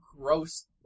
gross